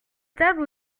table